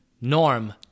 Norm